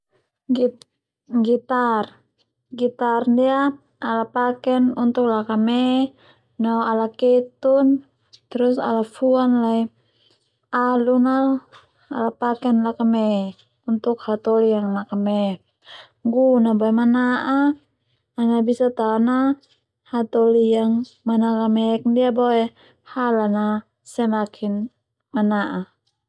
Gitar ndia ala paken untuk lakame no ala ketun terus ala fuan lai alun al ala paken nakame untuk hatoli yang nakame gun a boe mana'a ana bisa tao na hatoli yang manakamek ndia boe halan semakin mana'a.